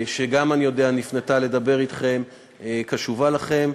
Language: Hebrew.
שגם, אני יודע, נפנתה לדבר אתכם, קשובה לכם.